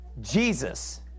Jesus